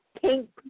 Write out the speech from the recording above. pink